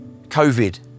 COVID